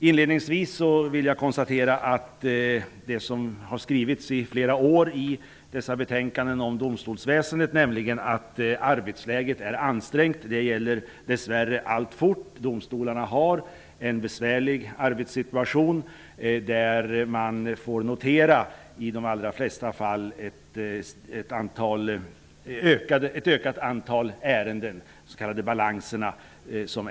Inledningsvis konstaterar jag att det som i flera år skrivits om Domstolsväsendet, nämligen att arbetsläget är ansträngt, gäller dess värre alltfort. Domstolarna har en besvärlig arbetssituation. I de allra flesta fall kan man notera ett ökat antal ärenden. De s.k. balanserna ökar.